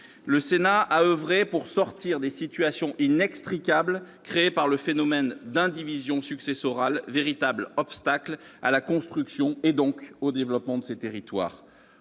le Sénat a oeuvré pour sortir des situations inextricables créées par le phénomène d'indivision successorale, véritable obstacle à la construction et, donc, au développement de ces territoires.